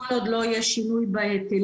כל עוד לא יהיה שינוי בהיטלים,